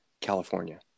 California